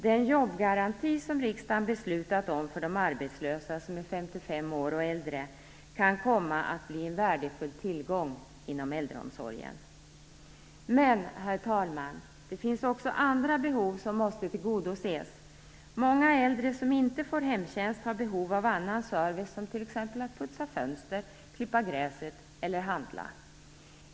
Den jobbgaranti som riksdagen beslutat om för de arbetslösa som är 55 år och äldre kan komma att bli en värdefull tillgång inom äldreomsorgen. Men, herr talman, det finns också andra behov som måste tillgodoses. Många äldre som inte får hemtjänst har behov av annan service, som t.ex. fönsterputsning, gräsklippning eller inhandling.